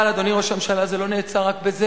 אבל, אדוני ראש הממשלה, זה לא נעצר רק בזה.